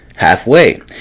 halfway